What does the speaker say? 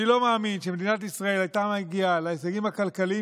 אני לא מאמין שמדינת ישראל הייתה מגיעה להישגים הכלכליים